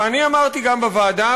ואני אמרתי גם בוועדה,